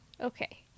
okay